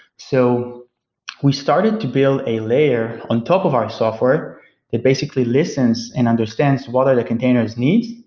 so we started to build a layer on top of our software that basically listens and understands what are the containers needs,